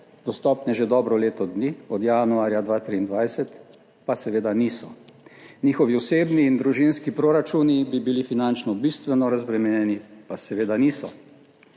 dostopne že dobro leto dni od januarja 2023, pa seveda niso, njihovi osebni in družinski proračuni bi bili finančno bistveno razbremenjeni, pa seveda niso.